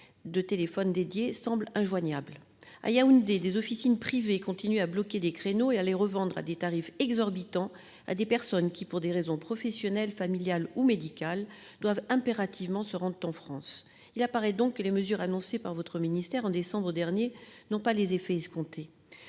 De téléphone dédié semble injoignable à Yaoundé des officines privées continuent à bloquer des créneaux et à les revendre à des tarifs exorbitants à des personnes qui pour des raisons professionnelles, familiales ou médicales doivent impérativement se rendent en France. Il apparaît donc que les mesures annoncées par votre ministère en décembre dernier. Non pas les effets escomptés.